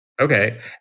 Okay